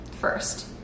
first